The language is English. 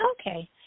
Okay